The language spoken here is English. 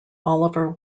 oliver